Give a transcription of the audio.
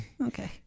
Okay